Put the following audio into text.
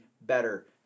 better